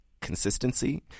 consistency